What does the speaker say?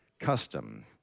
custom